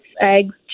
eggs